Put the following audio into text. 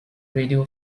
radio